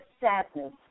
sadness